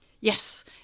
Yes